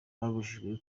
babujijwe